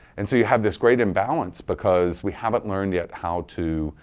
and so you have this great imbalance because we haven't learned yet how to